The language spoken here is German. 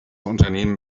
unternehmen